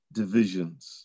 divisions